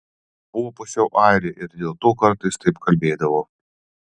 buvo pusiau airė ir dėl to kartais taip kalbėdavo